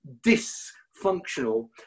dysfunctional